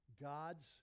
God's